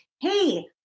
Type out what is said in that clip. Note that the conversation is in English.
hey